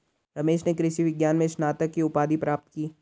रमेश ने कृषि विज्ञान में स्नातक की उपाधि प्राप्त की